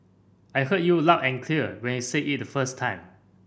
I heard you loud and clear when you said it the first time